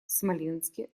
смоленске